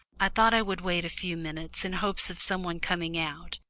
i thought i would wait a few minutes in hopes of some one coming out,